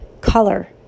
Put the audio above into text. color